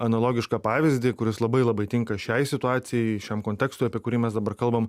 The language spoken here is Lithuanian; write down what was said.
analogišką pavyzdį kuris labai labai tinka šiai situacijai šiam kontekstui apie kurį mes dabar kalbam